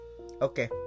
okay